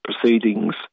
proceedings